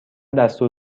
دستور